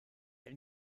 ein